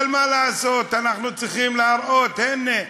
אבל מה לעשות, אנחנו צריכים להראות, הנה,